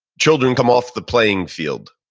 children come off the playing field,